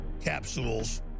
capsules